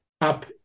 up